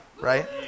Right